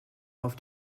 auf